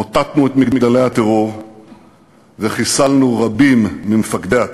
מוטטנו את מגדלי הטרור וחיסלנו רבים ממפקדי הטרור,